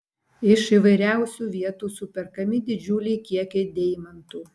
iš įvairiausių vietų superkami didžiuliai kiekiai deimantų